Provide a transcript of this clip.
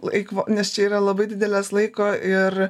eikvo nes čia yra labai didelės laiko ir